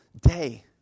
day